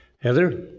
heather